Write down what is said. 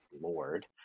Lord